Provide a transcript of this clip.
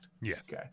Yes